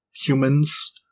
humans